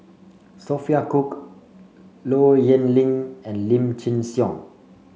Sophia Cooke Low Yen Ling and Lim Chin Siong